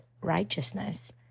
righteousness